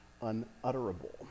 unutterable